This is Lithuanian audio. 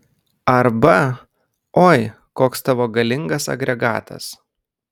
arba oi koks tavo galingas agregatas